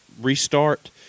restart